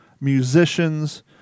musicians